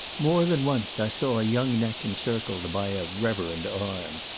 more than once i saw a young neck encircled by a reverend arm.